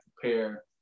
prepare